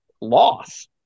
loss